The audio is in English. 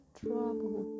trouble